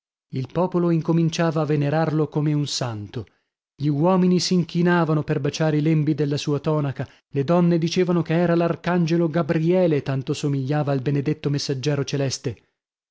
il popolo incominciava a venerarlo come un santo gli uomini s'inchinavano per baciare i lembi della sua tonaca le donne dicevano che era l'arcangelo gabriele tanto somigliava al benedetto messaggero celeste